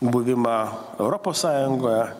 buvimą europos sąjungoj